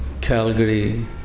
Calgary